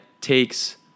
takes